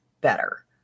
better